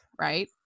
right